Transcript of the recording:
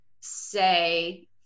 say